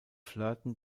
flirten